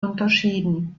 unterschieden